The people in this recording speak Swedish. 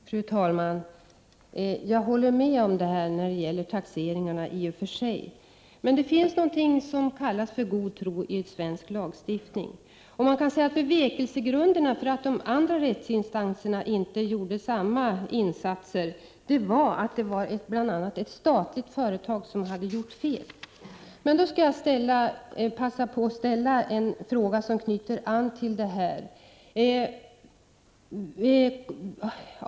Fru talman! Jag håller i och för sig med om det som finansministern sade i fråga om taxeringarna, men det finns i svensk lagstiftning någonting som kallas för god tro, och man kan säga att bevekelsegrunderna för att de andra rättsinstanserna inte gjorde samma insatser bl.a. var att det var ett statligt företag som hade gjort fel. Jag vill passa på att nu ställa en fråga som anknyter till detta, även om jag vet att frågan egentligen borde ställas till justitieministern.